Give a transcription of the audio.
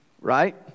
right